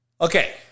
Okay